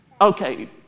Okay